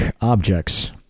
objects